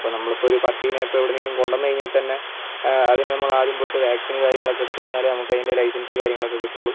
അപ്പം നമ്മളിപ്പം ഒരു പട്ടിനെ ഇപ്പോൾ എവിടെന്നെങ്കിലും കൊണ്ടുവന്നു കഴിഞ്ഞാൽ തന്നെ അതിനെ നമ്മൾ ആദ്യം പോയിട്ട് വാക്സിനു കാര്യങ്ങളൊക്കെ എടുത്തു കഴിഞ്ഞാലെ നമുക്ക് അതിൻ്റെ ലൈസൻസ് കാര്യങ്ങളൊക്കെ കിട്ടുള്ളൂ